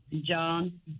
John